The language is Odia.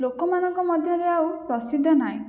ଲୋକମାନଙ୍କ ମଧ୍ୟରେ ଆଉ ପ୍ରସିଦ୍ଧ ନାହିଁ